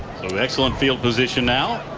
so excellent field position now.